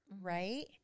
right